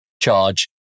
charge